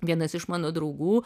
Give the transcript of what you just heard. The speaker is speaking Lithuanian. vienas iš mano draugų